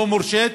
לא מורשית,